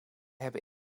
hebben